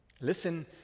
Listen